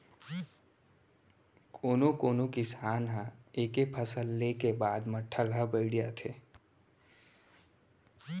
कोनो कोनो किसान ह एके फसल ले के बाद म ठलहा बइठ जाथे